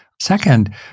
Second